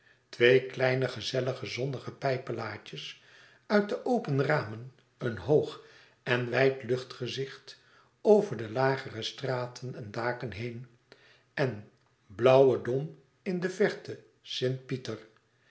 twee kleine gezellige zonnige pijpelaadjes uit de open ramen een hoog en wijd luchtgezicht over de lagere straten en daken heen en blauwe dom in de verte sint pieter het